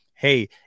hey